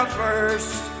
first